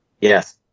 Yes